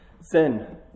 Sin